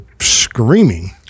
screaming